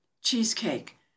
Cheesecake